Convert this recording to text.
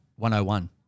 101